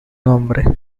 nombre